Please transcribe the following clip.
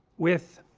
with